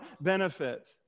benefit